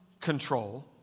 control